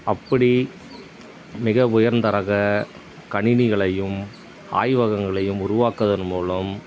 அப்படி மிக உயர்ந்த ரக கணினிகளையும் ஆய்வகங்களையும் உருவாக்குவதன் மூலம்